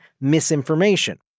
misinformation